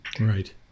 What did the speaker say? Right